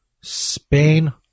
Spain